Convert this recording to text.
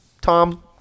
Tom